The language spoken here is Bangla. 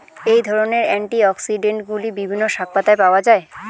এই ধরনের অ্যান্টিঅক্সিড্যান্টগুলি বিভিন্ন শাকপাতায় পাওয়া য়ায়